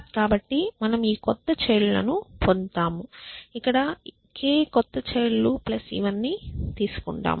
కాబట్టి మన ఈ క్రొత్త చైల్డ్ లను పొందుతాము ఇక్కడ k కొత్త చైల్డ్ లు ప్లస్ ఇవన్నీ తీసుకుంటాము